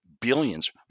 billions